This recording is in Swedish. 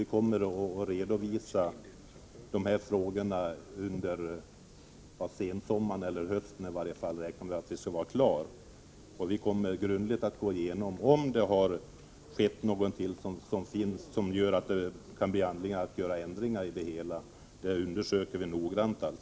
Vi kommer att lämna en redovisning under sensommaren, eller i varje fall till hösten, då vi räknar med att vara klara. Vi kommer grundligt att gå igenom om det har skett någonting som gör att det finns anledning att vidta förändringar. Det undersöker vi noggrant.